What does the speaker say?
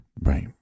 Right